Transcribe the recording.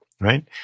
Right